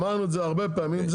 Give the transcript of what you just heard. אמרנו את זה הרבה פעמים,